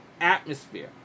atmosphere